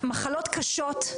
מחלות קשות,